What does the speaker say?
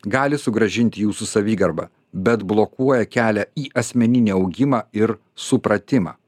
gali sugrąžinti jūsų savigarbą bet blokuoja kelią į asmeninį augimą ir supratimą